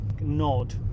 nod